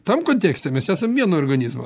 tam kontekste mes esam vieno organizmo